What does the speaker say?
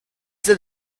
that